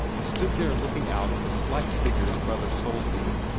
and stood there looking out at the slight figure of brother soulsby,